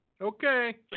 Okay